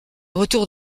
retour